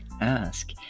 Ask